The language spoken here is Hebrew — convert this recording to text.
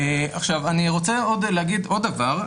עכשיו אני רוצה עוד להגיד עוד דבר,